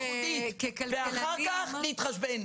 אחר כך אפשר להתחשבן.